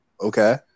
Okay